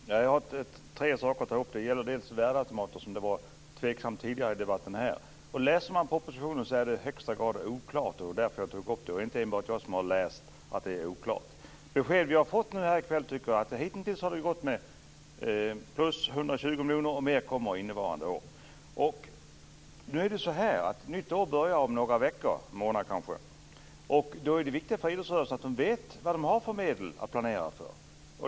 Herr talman! Jag har tre saker att ta upp. Det gäller först värdeautomater som det rådde tveksamheter kring tidigare i debatten. Läser man i propositionen är det i högsta grad oklart, och det är inte enbart jag som tycker det. Det var därför som jag tog upp det. Det besked som vi har fått här i kväll är att det hitintills har gått med plus - 120 miljoner - och mera kommer innevarande år. Det börjar ett nytt år om en månad. Då är det viktigt att idrottsrörelsen vet vad man har för medel att planera för.